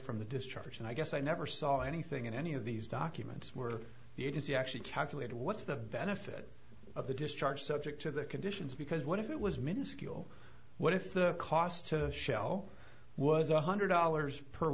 from the discharge and i guess i never saw anything in any of these documents were the agency actually calculated what's the benefit of the discharge subject to the conditions because what if it was minuscule what if the cost to shell was one hundred dollars per